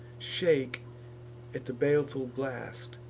shake at the baleful blast,